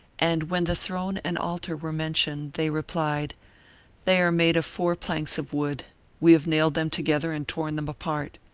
and when the throne and altar were mentioned, they replied they are made of four planks of wood we have nailed them together and torn them apart.